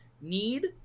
need